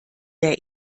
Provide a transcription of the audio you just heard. der